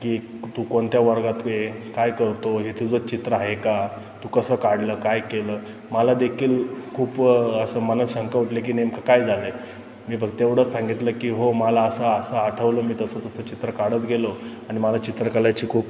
की तू कोणत्या वर्गात आहे काय करतो हे तुझंच चित्र आहे का तू कसं काढलं काय केलं मला देखील खूप असं मनात शंका उठली की नेमकं काय झालं आहे मी फक्त एवढंच सांगितलं की हो मला असं असं आठवलं मी तसं तसं चित्र काढत गेलो आणि मला चित्रकलेची खूप